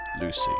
Lucy